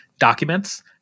documents